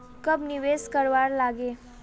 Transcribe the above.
कब निवेश करवार लागे?